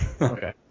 Okay